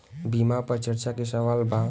बीमा पर चर्चा के सवाल बा?